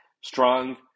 strong